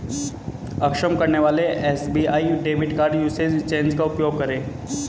अक्षम करने वाले SBI debit card usage change का उपयोग करें